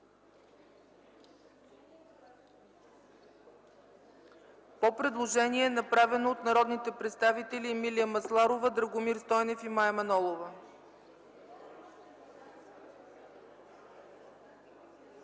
предложение на народните представители Емилия Масларова, Драгомир Стойнев и Мая Манолова